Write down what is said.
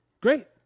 Great